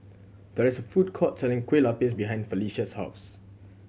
there is a food court selling Kueh Lupis behind Felisha's house